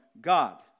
God